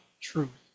truth